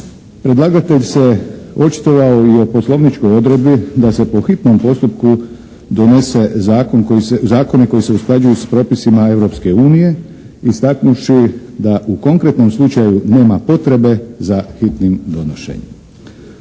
Predlagatelj se očitovao i o poslovničkoj odredbi da se po hitnom postupku donesu zakoni koji se usklađuju s propisima Europske unije istaknuvši da u konkretnom slučaju nema potrebe za hitnim donošenjem.